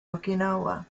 okinawa